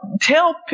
tell